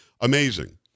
amazing